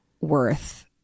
worth